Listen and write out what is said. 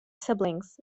siblings